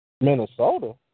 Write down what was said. Minnesota